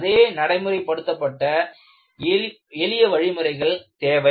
அதை நடைமுறைப்படுத்த எளிய வழிமுறைகள் தேவை